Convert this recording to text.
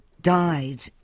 died